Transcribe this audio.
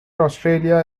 australia